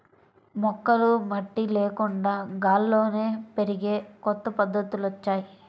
మొక్కలు మట్టి లేకుండా గాల్లోనే పెరిగే కొత్త పద్ధతులొచ్చాయ్